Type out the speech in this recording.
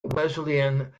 wesleyan